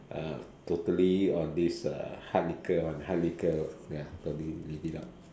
uh totally on this uh hard liquor one hard liquor ya totally leave it out